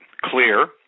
clear